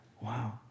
Wow